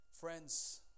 friends